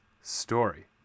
story